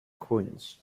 coins